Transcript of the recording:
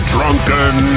Drunken